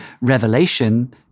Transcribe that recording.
Revelation